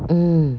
mm